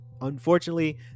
unfortunately